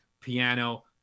piano